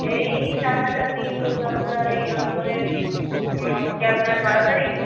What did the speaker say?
এই সামনাসামনি ধরুন আপনার এই নভেম্বরের আজকে আপনার বারো তারিখ